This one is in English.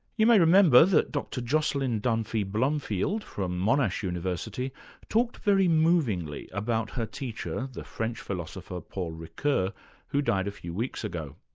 you may remember that dr jocelyn dunphy-blomfield from monash university talked very movingly about her teacher the french philosopher paul ricoeur who died a few weeks ago.